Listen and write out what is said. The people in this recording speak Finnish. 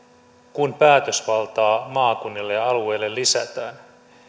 kun päätösvaltaa maakunnille ja alueille lisätään